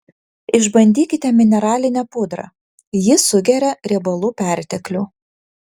išbandykite mineralinę pudrą ji sugeria riebalų perteklių